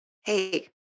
Hey